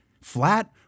flat